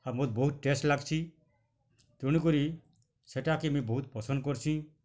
ଆର୍ ମତେ ବହୁତ୍ ଟେଷ୍ଟ୍ ଲାଗ୍ସି ତେଣୁ କରି ସେଟା କେ ମୁଇଁ ବହୁତ୍ ପସନ୍ଦ୍ କର୍ସି